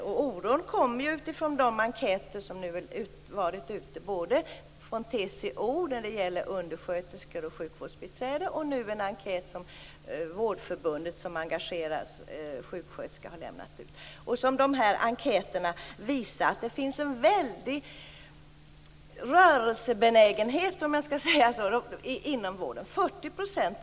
Denna oro kommer fram både i den enkät som gjorts av TCO bland undersköterskor och sjukvårdsbiträden och i en enkät om sjuksköterskor som nu gjorts av Vårdförbundet. Dessa enkäter visar att det finns en stark rörelsebenägenhet inom vården.